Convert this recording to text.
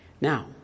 Now